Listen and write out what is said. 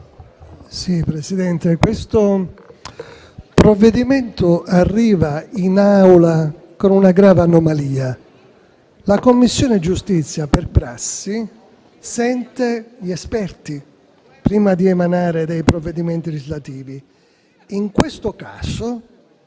Presidente, questo provvedimento arriva in Aula con una grave anomalia. La Commissione giustizia, per prassi, sente gli esperti prima di emanare provvedimenti legislativi; in questo caso,